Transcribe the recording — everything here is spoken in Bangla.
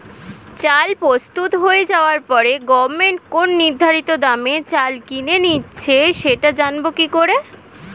চাল প্রস্তুত হয়ে যাবার পরে গভমেন্ট কোন নির্ধারিত দামে চাল কিনে নিচ্ছে সেটা জানবো কি করে?